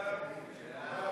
שם החוק, כנוסח הוועדה,